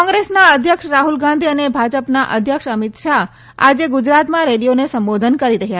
કોંત્રેસના અધ્યક્ષ રાહલ ગાંધી અને ભાજપના અધ્યક્ષ અમિત શાહ આજે ગુજરાતમાં રેલીઓમાં સંબોધન કરશે